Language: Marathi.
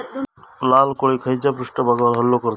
लाल कोळी खैच्या पृष्ठभागावर हल्लो करतत?